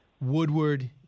Woodward